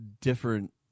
different